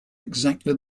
exactly